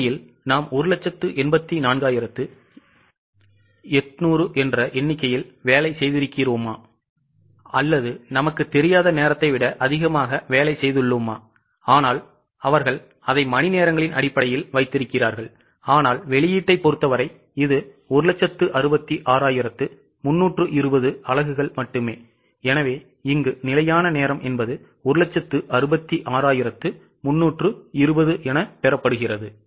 உண்மையில் நாம் 184800 வேலை செய்திருக்கிறோமா அல்லது நமக்குத் தெரியாத நேரத்தை விட அதிகமாக வேலை செய்துள்ளோமா ஆனால் அவர்கள் அதை மணிநேரங்களின் அடிப்படையில் வைத்திருக்கிறார்கள் ஆனால் வெளியீட்டைப் பொறுத்தவரை இது 166320 அலகுகள் மட்டுமே எனவே நிலையான நேரம் 166320 என பெறுகிறது